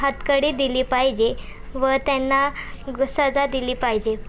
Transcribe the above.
हातकडी दिली पाहिजे व त्यांना सजा दिली पाहिजे